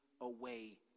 away